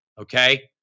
Okay